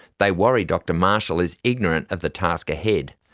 they worry dr marshall is ignorant of the task ahead.